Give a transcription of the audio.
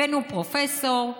הבאנו פרופסור,